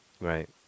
right